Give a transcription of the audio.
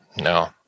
no